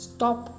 Stop